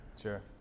Sure